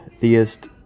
theist